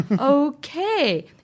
okay